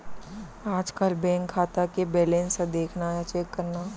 आजकल बेंक खाता के बेलेंस ल देखना या चेक करना कोनो बड़का बूता नो हैय